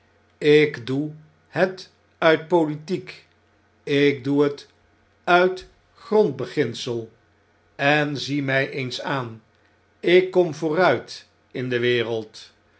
ik doe het uit politiek ik doe het uit grondbeginsel en zie mij eens aan ik kom vooruit in de wereld